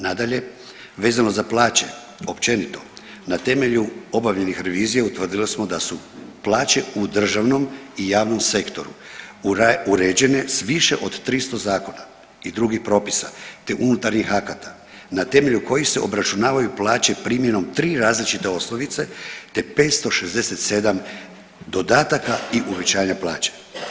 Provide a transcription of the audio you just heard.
Nadalje, vezano za plaće općenito, na temelju obavljenih revizija utvrdili smo da su plaće u državnom i javnom sektoru uređene s više od 300 zakona i drugih propisa te unutarnjih akata na temelju kojih se obračunavaju plaće primjenom tri različite osnovice te 567 dodataka i uvećanja plaća.